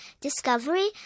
discovery